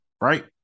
Right